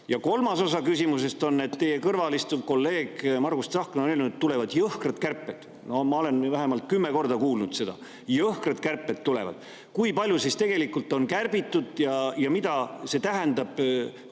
kolmas osa [puudutab seda], et teie kõrval istuv kolleeg Margus Tsahkna on öelnud, et tulevad jõhkrad kärped. Ma olen vähemalt kümme korda kuulnud seda: jõhkrad kärped tulevad. Kui palju siis tegelikult on kärbitud ja mida see tähendab?